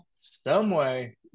someway